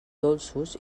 dolços